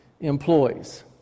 employees